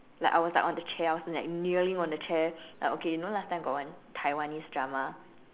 like I was like on the chair I was like kneeling on the chair like okay you know last time got one Taiwanese drama